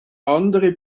andere